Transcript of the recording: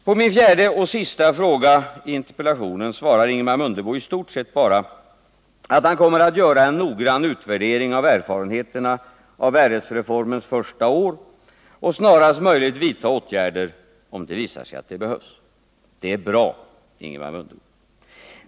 På min fjärde och sista fråga i interpellationen svarar Ingemar Mundebo i 195 stort sett bara att han kommer att göra en noggrann utvärdering av erfarenheterna av RS-reformens första år och snarast möjligt vidta åtgärder, om det visar sig att det behövs. Det är bra, Ingemar Mundebo!